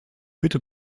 bitte